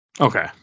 Okay